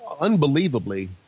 unbelievably